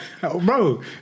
Bro